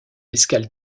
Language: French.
escale